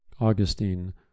augustine